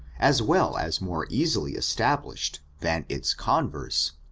as well as more easily established than its converse,